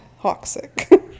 toxic